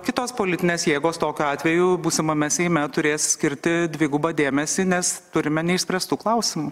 kitos politinės jėgos tokiu atveju būsimame seime turės skirti dvigubą dėmesį nes turime neišspręstų klausimų